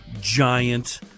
giant